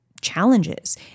challenges